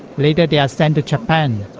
later they are sent to japan.